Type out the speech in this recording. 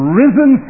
risen